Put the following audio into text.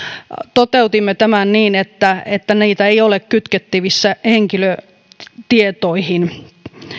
toteutimme tämän niin että että niitä ei ole kytkettävissä henkilötietoihin